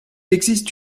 existe